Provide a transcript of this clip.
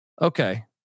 Okay